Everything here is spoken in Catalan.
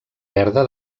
verda